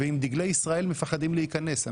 ועם דגלי ישראל מפחדים להיכנס.